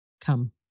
Come